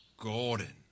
Gordon